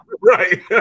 Right